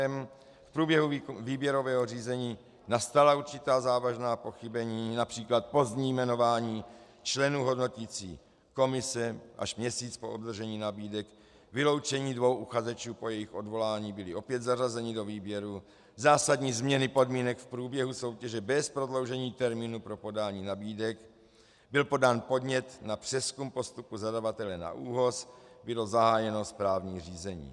V průběhu výběrového řízení nastala určitá závažná pochybení, například pozdní jmenování členů hodnoticí komise až měsíc po obdržení nabídek, vyloučení dvou uchazečů, po jejich odvolání byli opět zařazeni do výběru, zásadní změny podmínek v průběhu soutěže bez prodloužení termínu pro podání nabídek, byl podán podnět na přezkum postupu zadavatele na ÚOHS, bylo zahájeno správní řízení.